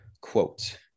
quote